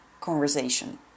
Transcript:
conversation